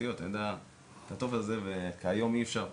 ותעבורתיות וכיום אי אפשר.